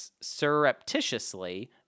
surreptitiously